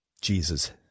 Jesus